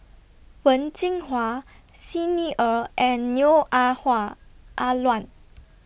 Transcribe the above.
Wen Jinhua Xi Ni Er and Neo Ah Ah Luan